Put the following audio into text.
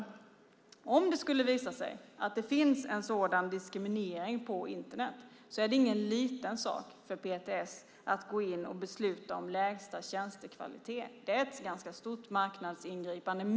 Om det skulle visa sig att det finns en sådan diskriminering på Internet är det ingen liten sak för PTS att gå in och besluta om lägsta tjänstekvalitet. Det är ett ganska stort marknadsingripande.